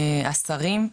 השרים,